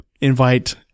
invite